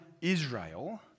Israel